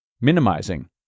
Minimizing